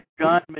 John